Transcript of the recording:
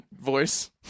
voice